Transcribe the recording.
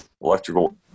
electrical